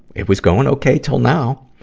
it was going okay til now!